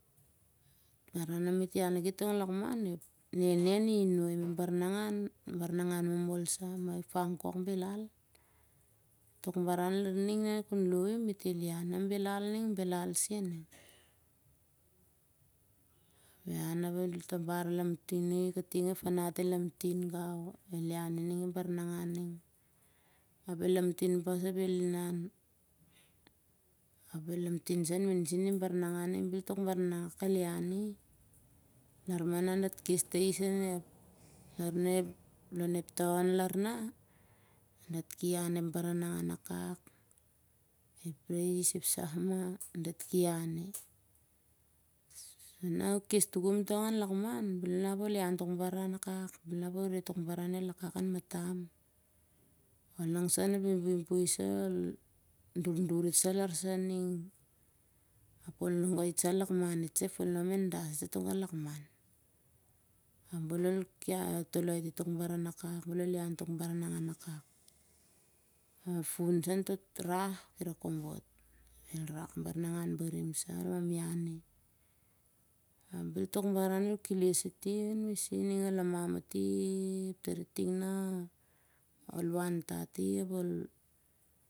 Baran na met ian liki tong lakman ep nenen i hinoi mah ep baranagan. baranagan mol sah mah ep fang kok belal. tok baran lar ning kon lou i met el iani na belal, belal sen ning. ihan ap el tabar alamtin uh, kating ep fanat el lamtin gau el ian i ning ep baranangan ning. ap el lamtin pas ap el inan. qp el lamtib sah on i ep baranagan ning. bel tok baranagan akak el iani. lar mah na dat kes tais an lon ep taon lar nah, dat ki ian ep baranagan akak. ep fang kok ep sah mah dat ki ian i. ap nah uh kes tukum tong lakman bel uniap ol ian tok baran aka. bel unap ol re tok baran el akak han matam. uh anong sah lon buibui sah al durdur itsah lar ning ap ol nong itsah lakman itsah ep faslinom el das itsah tongau lakman. ap bel ol toloi ati tok baran akak, bel ol ian tok baranagan barim sah ol iani ap bel tok baran ol keles ati. isi ning ol amam ati- ap ting nah ol wan tat i.